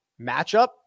matchup